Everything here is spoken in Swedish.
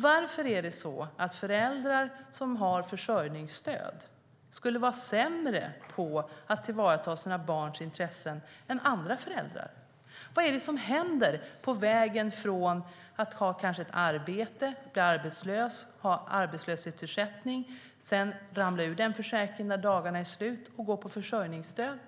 Varför skulle föräldrar som har försörjningsstöd vara sämre på att tillvarata sina barns intressen än andra föräldrar? Vad är det som händer på vägen från det att man har ett arbete till det att man blir arbetslös, får arbetslöshetsersättning, ramlar ur den försäkringen när dagarna är slut och sedan går på försörjningsstöd?